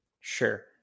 Sure